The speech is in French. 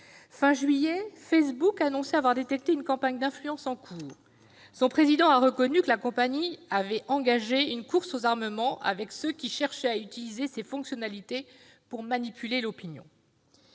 Fin juillet, Facebook a annoncé avoir détecté une campagne d'influence en cours. Son président a reconnu que la compagnie avait engagé une « course aux armements » avec ceux qui cherchaient à utiliser ses fonctionnalités pour manipuler l'opinion.